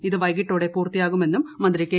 ഇത് വൈകിട്ടോടെപൂർത്തിയാകു മെന്നും മന്ത്രി കെ